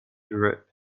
grip